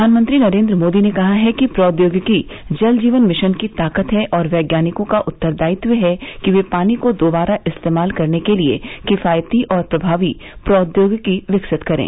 प्रधानमंत्री नरेन्द्र मोदी ने कहा है कि प्रौद्योगिकी जल जीवन मिशन की ताकत है और वैज्ञानिकों का उत्तरदायित्व है कि वे पानी को दोबारा इस्तेमाल करने के लिए किफायती और प्रभावी प्रौद्योगिकी विकसित करें